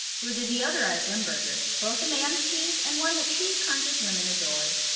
it was a deodorized limburger, both a man's cheese and one that cheese-conscious women adored.